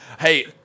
Hey